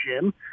gym